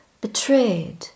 betrayed